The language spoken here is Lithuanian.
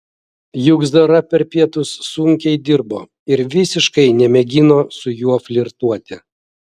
juk zara per pietus sunkiai dirbo ir visiškai nemėgino su juo flirtuoti